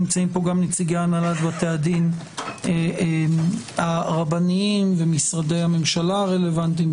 נמצאים פה גם נציגי הנהלת בתי הדין הרבניים ומשרדי הממשלה הרלוונטיים,